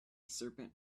serpent